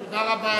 תודה.